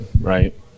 right